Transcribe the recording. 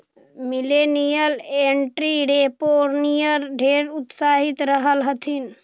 millennial entrepreneur ढेर उत्साहित रह हथिन